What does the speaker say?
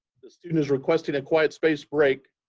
student is requesting a quiet space break.